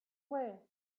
way